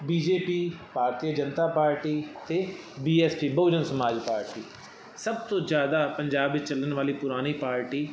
B J P Bharatiya Janata party ਅਤੇ B S T Bahujan Samaj party ਸਭ ਤੋਂ ਜ਼ਿਆਦਾ ਪੰਜਾਬ ਵਿੱਚ ਚੱਲਣ ਵਾਲੀ ਪੁਰਾਣੀ ਪਾਰਟੀ